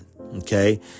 Okay